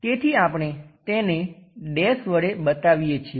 તેથી આપણે તેને ડેશ વડે બતાવીએ છીએ